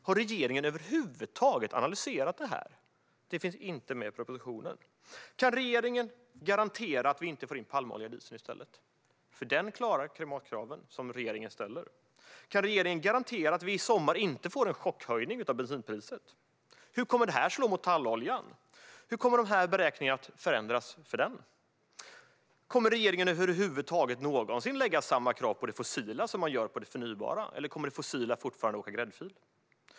Har regeringen över huvud taget analyserat detta? Det finns inte med i propositionen. Kan regeringen garantera att vi inte får in palmolja i dieseln i stället? Den klarar nämligen de klimatkrav regeringen ställer. Kan regeringen garantera att vi inte får en chockhöjning av bensinpriset i sommar? Hur kommer detta att slå mot talloljan? Hur kommer beräkningarna att förändras för den? Kommer regeringen över huvud taget någonsin att ställa samma krav på det fossila som på det förnybara, eller kommer det fossila fortfarande att åka gräddfil?